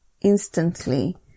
instantly